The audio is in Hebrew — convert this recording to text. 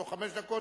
בתוך חמש דקות,